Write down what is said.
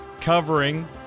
covering